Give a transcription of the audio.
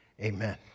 Amen